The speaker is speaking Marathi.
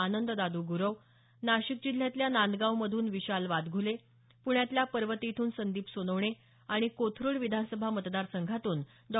आनंद दादू गुरव नाशिक जिल्ह्यातल्या नांदगावमधून विशाल वादघुले पुण्यातल्या पर्वती इथून संदीप सोनवणे आणि कोथरुड विधानसभा मतदारसंघातून डॉ